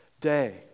day